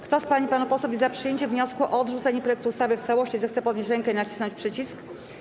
Kto z pań i panów posłów jest za przyjęciem wniosku o odrzucenie projektu ustawy w całości, zechce podnieść rękę i nacisnąć przycisk.